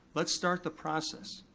let's start the process.